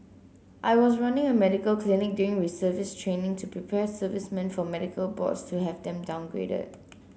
I was running a medical clinic during reservist training to prepare servicemen for medical boards to have them downgraded